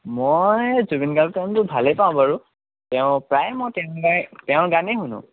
মই জুবিন গাৰ্গৰ গানবোৰ ভালেই পাওঁ বাৰু তেওঁৰ প্ৰায় মই তেওঁৰ গানেই শুনো